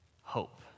Hope